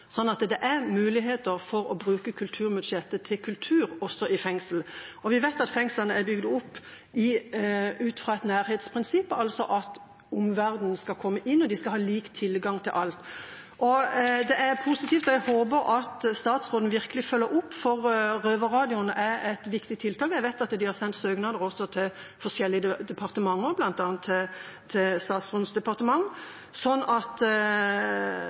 Det er muligheter for å bruke kulturbudsjettet til kultur også i fengslene, og vi vet at fengslene er bygd opp ut fra et nærhetsprinsipp, altså at omverdenen skal komme inn, og at de skal ha lik tilgang til alt. Det er positivt. Jeg håper virkelig at statsråden følger opp, for Røverradioen er et viktig tiltak. Jeg vet de har sendt søknader til forskjellige departementer, bl.a. til statsrådens departement. Vi skal vurdere Venstre og